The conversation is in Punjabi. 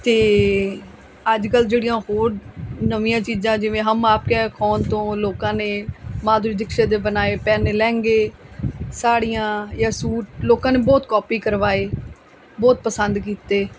ਅਤੇ ਅੱਜ ਕੱਲ੍ਹ ਜਿਹੜੀਆਂ ਹੋਰ ਨਵੀਆਂ ਚੀਜ਼ਾਂ ਜਿਵੇਂ ਹਮ ਆਪਕੇ ਹੈ ਕੋਨ ਤੋਂ ਲੋਕਾਂ ਨੇ ਮਾਧੁਰੀ ਦਿਕਸ਼ਿਤ ਦੇ ਬਣਾਏ ਪਹਿਨੇ ਲਹਿੰਗੇ ਸਾੜੀਆਂ ਜਾਂ ਸੂਟ ਲੋਕਾਂ ਨੇ ਬਹੁਤ ਕਾਪੀ ਕਰਵਾਏ ਬਹੁਤ ਪਸੰਦ ਕੀਤੇ